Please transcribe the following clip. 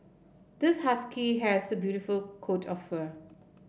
this husky has a beautiful coat of fur